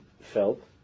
felt